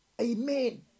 Amen